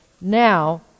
now